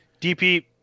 DP